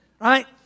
right